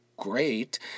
great